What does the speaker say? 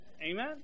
Amen